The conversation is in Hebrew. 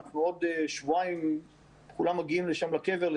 עוד שבועיים כולם מגיעים לשם לקבר כדי